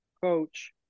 coach